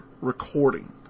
recording